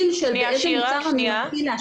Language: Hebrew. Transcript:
את החנויות הרגילות: